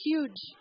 Huge